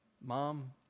Mom